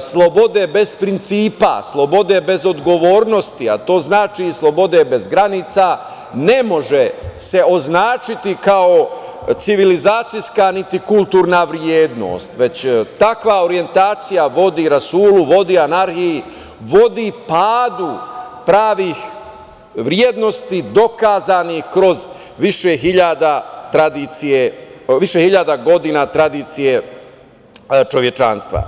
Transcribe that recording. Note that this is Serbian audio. slobode bez principa, slobode bez odgovornosti, a to znači i slobode bez granica, ne može se označiti kao civilizacijska, niti kulturna vrednost, već takva orjentacija vodi rasulu, vodi anarhiji, vodi padu pravih vrednosti dokazanih kroz više hiljada godina tradicije čovečanstva.